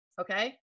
Okay